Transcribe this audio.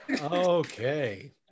Okay